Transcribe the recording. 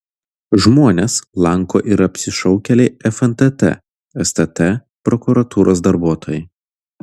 žmones lanko ir apsišaukėliai fntt stt prokuratūros darbuotojai